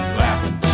laughing